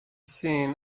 seen